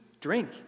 drink